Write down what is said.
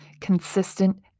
consistent